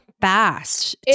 Fast